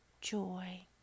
joy